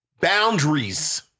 Boundaries